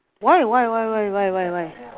why why why why why why why